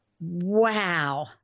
wow